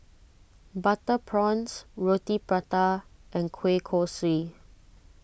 Butter Prawns Roti Prata and Kueh Kosui